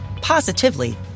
positively